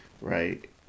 right